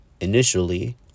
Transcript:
initially